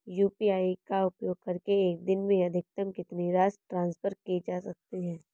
UPI का उपयोग करके एक दिन में अधिकतम कितनी राशि ट्रांसफर की जा सकती है?